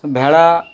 ভেড়া